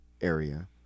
area